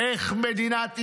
איך מדינת ישראל,